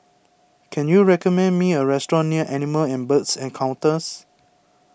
can you recommend me a restaurant near Animal and Birds Encounters